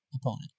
opponent